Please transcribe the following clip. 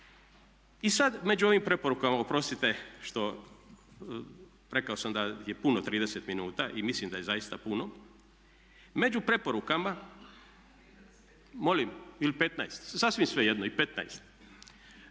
I sada među ovim preporukama, oprostite što, rekao sam da je puno 30 minuta i mislim da je zaista puno, među preporukama … …/Upadica se ne